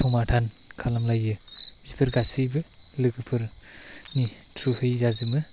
समादान खालामलायो बेफोर गासैबो लोगोफोरनि थ्रुयै जाजोबो